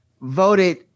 voted